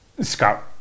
Scott